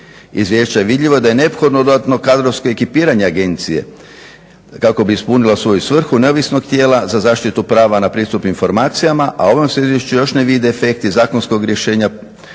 izvješća je vidljivo da je neophodno dodatno kadrovsko ekipiranje agencije kako bi ispunila svoju svrhu neovisnog tijela za zaštitu prava na pristup informacijama, a u ovom izvješću se još ne vide efekti zakonskog rješenja